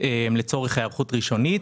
לצורך היערכות ראשונית.